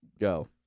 Go